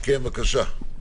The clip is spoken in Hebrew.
כן, בבקשה.